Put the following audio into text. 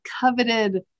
coveted